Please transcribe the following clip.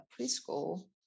preschool